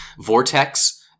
vortex